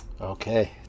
Okay